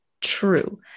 true